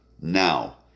Now